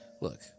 look